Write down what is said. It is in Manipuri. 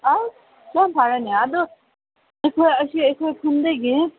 ꯑꯁ ꯌꯥꯝ ꯐꯔꯦꯅꯦ ꯑꯗꯨ ꯑꯩꯈꯣꯏ ꯑꯁꯤ ꯑꯩꯈꯣꯏ ꯈꯨꯟꯗꯒꯤ